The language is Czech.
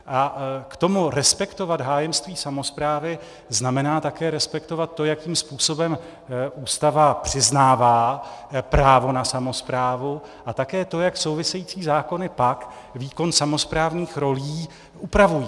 A k tomu respektovat hájemství samosprávy znamená také respektovat to, jakým způsobem Ústava přiznává právo na samosprávu, a také to, jak související zákony pak výkon samosprávných rolí upravují.